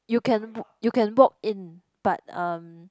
you can walk in but um